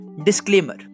Disclaimer